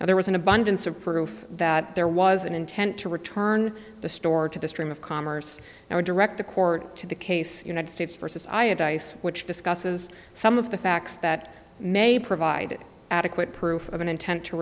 and there was an abundance of proof that there was an intent to return the store to the stream of commerce or direct the court to the case united states versus i a dice which discusses some of the facts that may provide adequate proof of an intent to